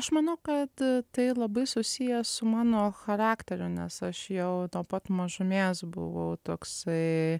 aš manau kad tai labai susiję su mano charakteriu nes aš jau nuo pat mažumės buvau toksai